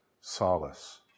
solace